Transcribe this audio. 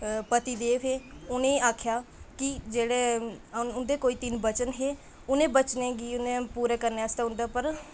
पतिदेव हे उनेंगी आक्खेआ की जेह्ड़े उंदे कोई तीन वचन हे उनें वचनें गी उनें पूरा करने आस्तै ओह्दे च